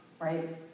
right